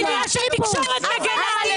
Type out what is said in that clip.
כי יש תקשורת שמגנה עליהם.